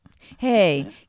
Hey